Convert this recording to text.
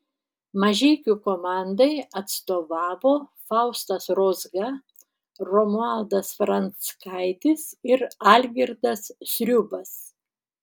mažeikių komandai atstovavo faustas rozga romualdas franckaitis ir algirdas sriubas